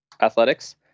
athletics